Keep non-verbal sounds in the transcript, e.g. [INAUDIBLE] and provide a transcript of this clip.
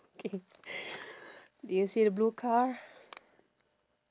K [BREATH] do you see the blue car